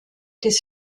des